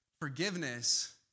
Forgiveness